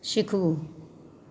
શીખવું